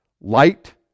light